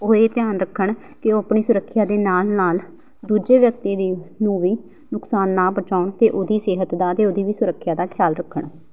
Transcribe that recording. ਉਹ ਇਹ ਧਿਆਨ ਰੱਖਣ ਕਿ ਉਹ ਆਪਣੀ ਸੁਰੱਖਿਆ ਦੇ ਨਾਲ ਨਾਲ ਦੂਜੇ ਵਿਅਕਤੀ ਦੀ ਨੂੰ ਵੀ ਨੁਕਸਾਨ ਨਾ ਪਹੁੰਚਾਉਣ ਅਤੇ ਉਹਦੀ ਸਿਹਤ ਦਾ ਅਤੇ ਉਹਦੀ ਵੀ ਸੁਰੱਖਿਆ ਦਾ ਖਿਆਲ ਰੱਖਣ